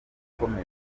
yakomoje